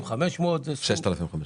6,500